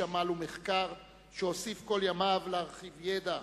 איש עמל ומחקר, שהוסיף כל ימיו להרחיב ידע,